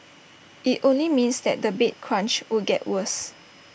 IT only means that the bed crunch would get worse